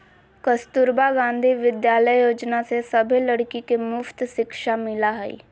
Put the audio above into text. कस्तूरबा गांधी विद्यालय योजना से सभे लड़की के मुफ्त शिक्षा मिला हई